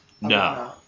No